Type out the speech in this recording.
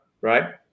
Right